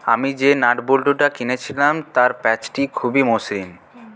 আমি যে নাট বল্টুটা কিনেছিলাম তার প্যাঁচটি খুবই মসৃণ